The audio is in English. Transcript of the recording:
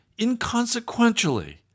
inconsequentially